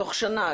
תוך שנה.